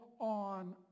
on